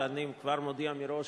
ואני כבר מודיע מראש,